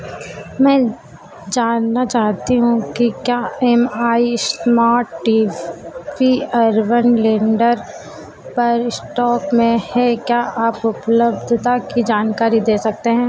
मैं जानना चाहती हूँ कि क्या M I smart T V urban lander पर स्टॉक में है क्या आप उपलब्धता की जानकारी दे सकते हैं